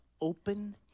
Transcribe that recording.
open